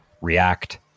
React